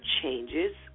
changes